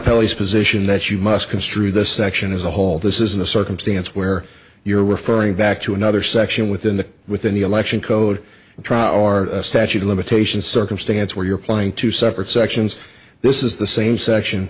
police position that you must construe the section as a whole this isn't a circumstance where you're referring back to another section within the within the election code try our statute of limitations circumstance where you're playing two separate sections this is the same section